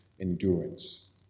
endurance